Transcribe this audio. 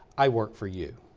i work for you.